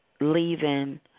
leaving